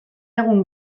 egun